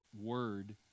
word